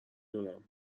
دونم